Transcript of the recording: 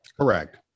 Correct